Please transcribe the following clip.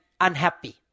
unhappy